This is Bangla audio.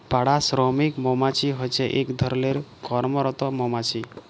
পাড়া শ্রমিক মমাছি হছে ইক ধরলের কম্মরত মমাছি